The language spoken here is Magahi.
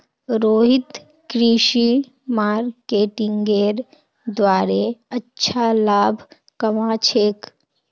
रोहित कृषि मार्केटिंगेर द्वारे अच्छा लाभ कमा छेक